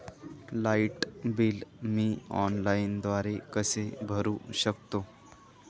Light bill मी ऑनलाईनद्वारे कसे भरु शकतो?